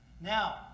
Now